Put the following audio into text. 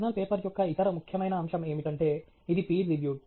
journal paper యొక్క ఇతర ముఖ్యమైన అంశం ఏమిటంటే ఇది పీర్ రివ్యూడ్